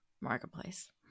marketplace